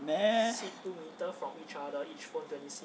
meh